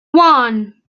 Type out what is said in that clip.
one